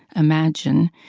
imagine,